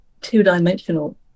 two-dimensional